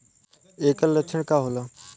ऐकर लक्षण का होला?